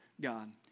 God